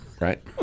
right